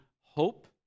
hope